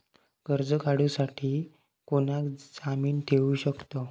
कर्ज काढूसाठी कोणाक जामीन ठेवू शकतव?